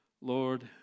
Lord